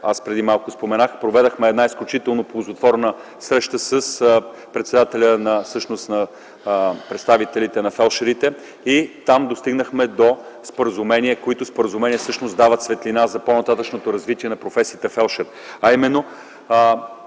преди малко споменах, една изключително ползотворна среща с председателя на представителите на фелдшерите и там достигнахме до споразумения, които всъщност дават светлина за по-нататъшното развитие на професията „фелдшер”.